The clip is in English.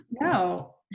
No